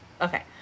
Okay